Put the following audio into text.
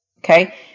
Okay